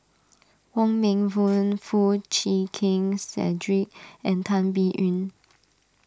Wong Meng Voon Foo Chee Keng Cedric and Tan Biyun